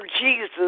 Jesus